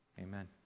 amen